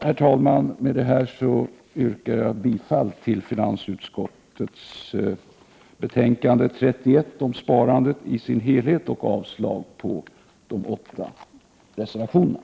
Herr talman! Härmed yrkar jag bifall till hemställan i dess helhet i finansutskottets betänkande 31 om sparande och avslag på de åtta reservationerna.